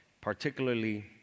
Particularly